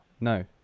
No